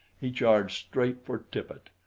he charged straight for tippet.